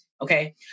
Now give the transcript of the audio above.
okay